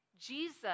Jesus